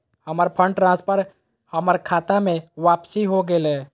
हमर fund transfer हमर खता में वापसी हो गेलय